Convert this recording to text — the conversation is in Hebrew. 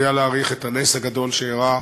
יודע להעריך את הנס הגדול שאירע,